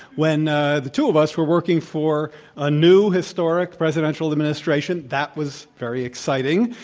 when ah the two of us were working for a new historic presidential administration. that was very exciting.